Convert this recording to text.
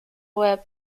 łeb